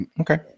Okay